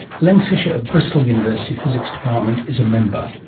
len fisher of bristol university physics department is a member.